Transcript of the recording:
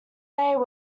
were